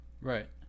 Right